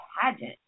pageant